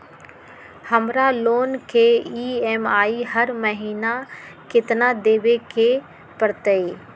हमरा लोन के ई.एम.आई हर महिना केतना देबे के परतई?